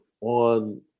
on